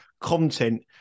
content